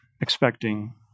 expecting